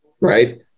right